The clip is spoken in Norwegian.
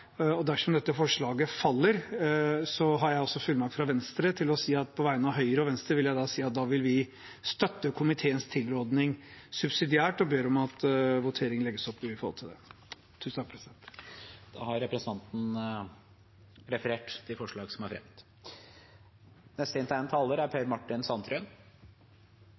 Dersom dette forslaget faller – og dette har jeg altså fullmakt fra Venstre til å si – vil Høyre og Venstre støtte komiteens tilråding subsidiært, og jeg ber om at voteringen legges opp slik at det tas hensyn til. Da har representanten Mudassar Kapur tatt opp det forslaget han refererte til Norge er